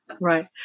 right